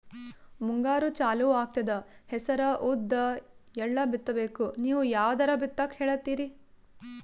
ಮುಂಗಾರು ಚಾಲು ಆಗ್ತದ ಹೆಸರ, ಉದ್ದ, ಎಳ್ಳ ಬಿತ್ತ ಬೇಕು ನೀವು ಯಾವದ ಬಿತ್ತಕ್ ಹೇಳತ್ತೀರಿ?